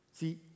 See